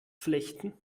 flechten